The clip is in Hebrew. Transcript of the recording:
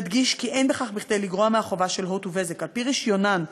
נדגיש כי אין בכך כדי לגרוע מהחובה של "הוט" ו"בזק" על-פי רישיונן,